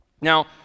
Now